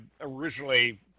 originally